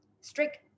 strict